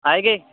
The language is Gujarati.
આવી ગઈ